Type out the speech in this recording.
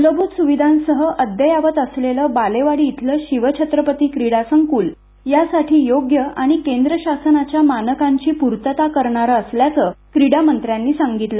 मुलभूत सुविधासंह अद्ययावत असलेल बालेवाडी येथील शिवछत्रपती क्रीडा संकूल यासाठी योग्य आणि केंद्र शासनाच्या मानकांची पूर्तता करणार असल्याचं क्रीडा मंत्र्यांनी सांगितलं